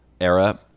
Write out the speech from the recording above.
era